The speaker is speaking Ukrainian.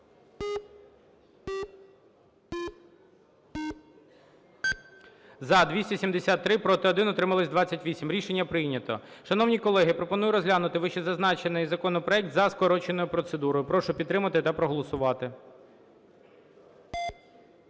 За-273 Проти – 1, утрималися – 28. Рішення прийнято. Шановні колеги, пропоную розглянути вище зазначений законопроект за скороченою процедурою. Прошу підтримати та проголосувати.